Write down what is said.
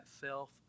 self